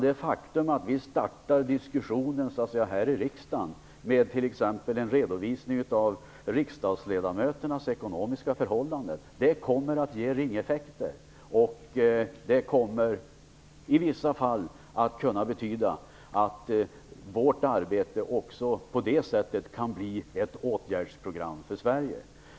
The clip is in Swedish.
Det faktum att vi startar diskussionen här i riksdagen med en redovisning av riksdagsledamöternas ekonomiska förhållanden kommer att få följdverkningar. I vissa fall kommer vårt arbete också på det sättet att kunna bli ett åtgärdsprogram för Sverige.